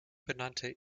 benannte